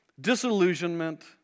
disillusionment